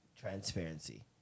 transparency